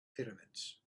pyramids